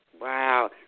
Wow